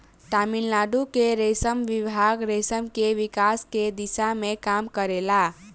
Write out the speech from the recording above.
तमिलनाडु के रेशम विभाग रेशम के विकास के दिशा में काम करेला